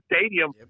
stadium